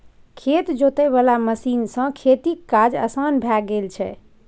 खेत जोते वाला मशीन सँ खेतीक काज असान भए गेल छै